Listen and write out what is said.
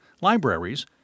libraries